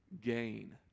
Gain